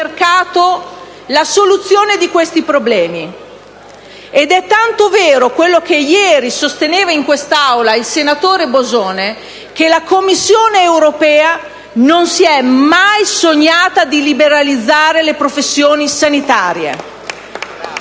la soluzione di questi problemi. Ed è tanto vero quello che ieri sosteneva in questa Aula il senatore Bosone che la Commissione europea non si è mai sognata di liberalizzare le professioni sanitarie.